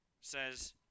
says